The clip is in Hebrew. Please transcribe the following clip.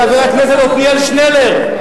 חבר הכנסת עתניאל שנלר,